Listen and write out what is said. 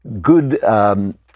good